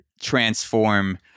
transform